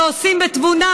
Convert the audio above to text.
ועושים בתבונה,